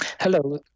Hello